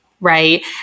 right